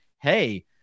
hey